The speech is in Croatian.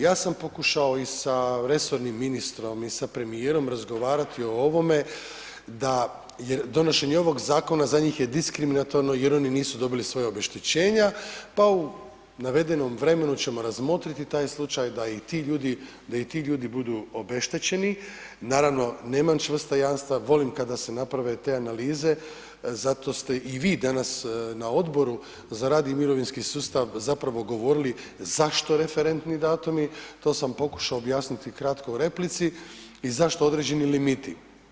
Ja sam pokušao i sa resornim ministrom i sa premijerom razgovarati o ovome da je, donošenje ovog zakona za njih je diskriminatorno jer oni nisu dobili svoja obeštećenja, pa u navedenom vremenu ćemo razmotriti taj slučaj da i ti ljudi, da i ti ljudi budu obeštećeni, naravno nema čvrsta jamstva, volim kada se naprave te analize, zato ste i vi danas na Odboru za rad i mirovinski sustav zapravo govorili zašto referentni datumi, to sam pokušao objasniti kratko u replici i zašto određeni limiti.